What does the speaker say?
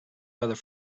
weather